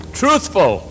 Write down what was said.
truthful